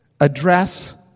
address